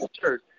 church